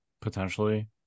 potentially